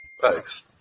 Thanks